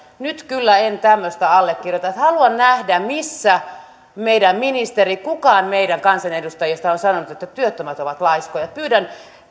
nyt kyllä en tämmöistä allekirjoita haluan nähdä missä meidän ministeri tai kukaan meidän kansanedustajista on sanonut että työttömät ovat laiskoja pyydän